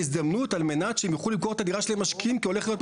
ההזדמנות על מנת שהם יוכלו למכור את הדירה שלהם למשקיעים כי הולך להיות פה